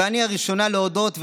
ואני הראשונה להודות,